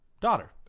daughter